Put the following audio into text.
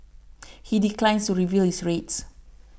he declines to reveal his rates